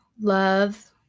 love